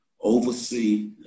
oversee